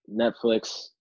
Netflix